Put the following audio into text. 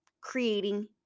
creating